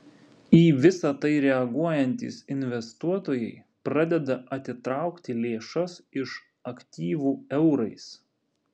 į visa tai reaguojantys investuotojai pradeda atitraukti lėšas iš aktyvų eurais